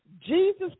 Jesus